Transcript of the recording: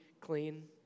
clean